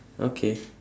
okay